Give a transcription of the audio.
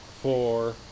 four